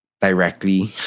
directly